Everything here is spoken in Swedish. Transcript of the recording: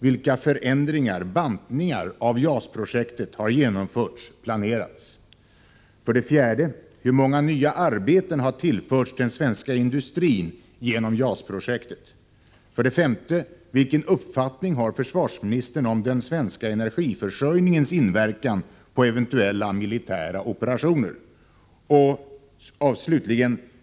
Vilka förändringar planeras? 4. Hur många nya arbeten har tillförts den svenska industrin genom JAS-projektet? 5. Vilken uppfattning har försvarsministern om den svenska energiförsörjningens inverkan på eventuella militära operationer? 6.